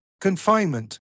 confinement